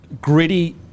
gritty